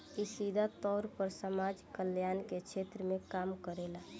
इ सीधा तौर पर समाज कल्याण के क्षेत्र में काम करेला